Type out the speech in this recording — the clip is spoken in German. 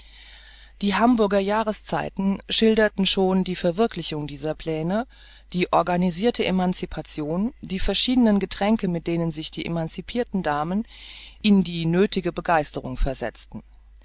die hamburger jahreszeiten schilderten schon die verwirklichung dieser plane die organisirte emancipation die verschiedenen getränke mit denen sich die emancipirten damen in die nöthige begeisterung versetzten